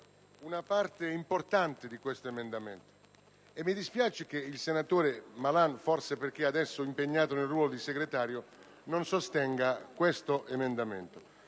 una parte importante di questo emendamento 7.7 (e mi dispiace che il senatore Malan, forse perché adesso impegnato nel ruolo di senatore Segretario, non sostenga tale